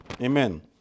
Amen